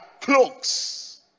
cloaks